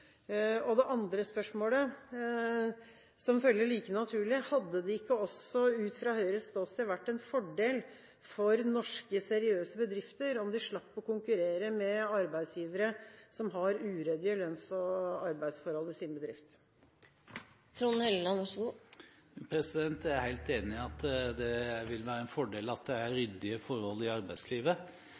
sektor? Det andre spørsmålet som følger like naturlig, er: Hadde det ikke også vært, ut fra Høyres ståsted, en fordel for norske, seriøse bedrifter om de slapp å konkurrere med arbeidsgivere som har uryddige lønns- og arbeidsforhold i sine bedrifter? Jeg er helt enig i at det vil være en fordel at det er ryddige forhold i arbeidslivet,